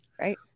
Right